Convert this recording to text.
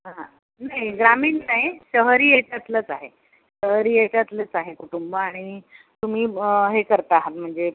हां नाही ग्रामीण नाही शहरी ह्याच्यातलंच आहे शहरी ह्याच्यातलंच आहे कुटुंब आणि तुम्ही हे करत आहात म्हणजे